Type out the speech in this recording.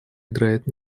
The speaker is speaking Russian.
играет